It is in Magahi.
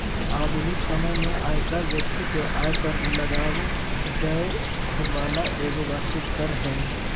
आधुनिक समय में आयकर व्यक्ति के आय पर लगाबल जैय वाला एगो वार्षिक कर हइ